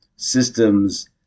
Systems